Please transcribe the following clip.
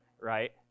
right